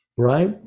Right